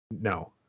No